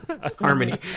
harmony